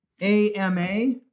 AMA